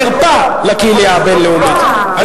חרפה לקהילייה הבין-לאומית.